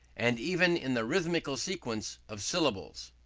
and even in the rhythmical sequence of syllables.